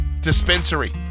dispensary